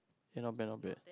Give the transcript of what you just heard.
eh not bad not bad